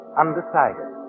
undecided